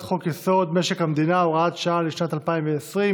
חוק-יסוד: משק המדינה (הוראת שעה לשנת 2020),